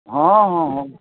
ହଁ ହଁ ହଁ